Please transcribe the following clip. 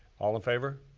all in favor?